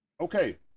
okay